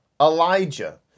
Elijah